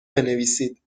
بنویسید